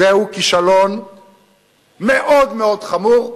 זהו כישלון מאוד מאוד חמור.